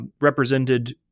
represented